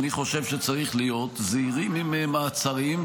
אני חושב שצריכים להיות זהירים עם מעצרים,